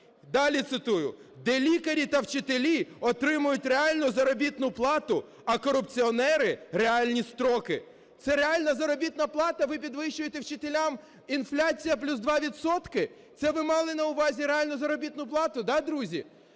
Далі цитую: "Де лікарі та вчителі отримують реальну заробітну плату, а корупціонери реальні строки". Це реальна заробітна плати, ви підвищуєте вчителям, інфляція плюс 2 відсотки? Це ви мали на увазі реальну заробітну плату, да, друзі?